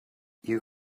you